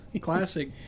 Classic